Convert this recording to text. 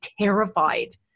terrified